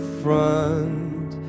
front